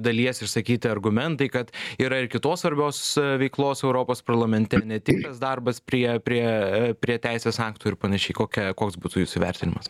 dalies išsakyti argumentai kad yra ir kitos svarbios veiklos europos parlamente ne tik tas darbas prie prie prie teisės aktų ir panašiai kokia koks būtų jūsų vertinimas